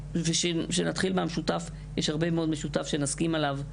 ושנתחיל מהמשותף ויש הרבה מאוד משותף שנסכים עליו,